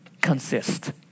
consist